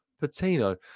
Patino